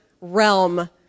realm